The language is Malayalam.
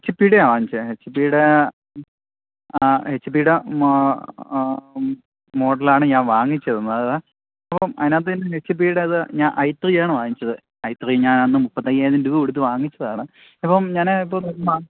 എച്ച് പി ഡെയാണു വാങ്ങിച്ചത് എച്ച് പിയുടെ ആ എച്ച് പിയുടെ ആ മോഡലാണ് ഞാൻ വാങ്ങിച്ചത് ആ അപ്പോള് അതിനകത്ത് എച്ച് പിയുടെ അത് ഞാൻ ഐ ത്രീയാണു വാങ്ങിച്ചത് ഐ ത്രീ ഞാൻ അന്ന് മുപ്പത്തയ്യായിരം രൂപ കൊടുത്തു വാങ്ങിച്ചതാണ് ഇപ്പോള് ഞാന് ഇപ്പോള്